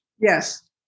Yes